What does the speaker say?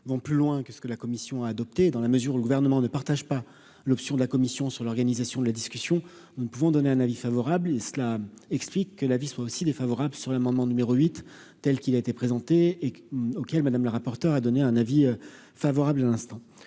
vont plus loin que ce que la commission a adopté, dans la mesure où le gouvernement ne partage pas l'option de la commission sur l'organisation de la discussion, nous ne pouvons donner un avis favorable et cela explique que la vie soit aussi défavorable sur l'amendement numéro 8 telle qu'il a été présenté et auquel Madame la rapporteure, a donné un avis favorable à l'instant